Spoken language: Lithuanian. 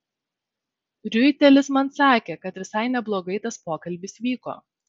riuitelis man sakė kad visai neblogai tas pokalbis vyko